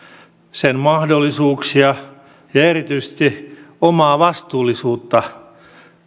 sen mahdollisuuksia ja erityisesti omaa vastuullisuutta